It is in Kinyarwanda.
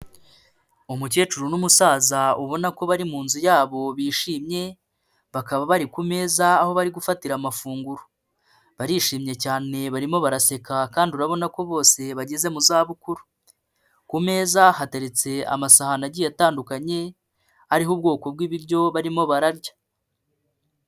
Umukecuru n'umusaza ubona ko bari mu nzu yabo bishimye, bakaba bari ku meza aho bari gufatira amafunguro. Barishimye cyane barimo baraseka kandi urabona ko bose bageze mu zabukuru. Ku meza hateretse amasahani agiye atandukanye, ariho ubwoko bw'ibiryo barimo bararya.